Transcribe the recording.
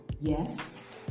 yes